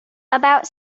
about